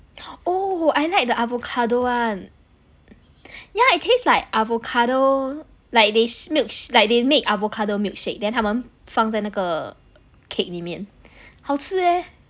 oh I like the avocado one yeah it tastes like avocado like they shak~ milksha~ like they make avocado milkshake then 他们放在那个 cake 里面好吃 eh